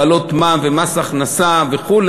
להעלות מע"מ ומס הכנסה וכו',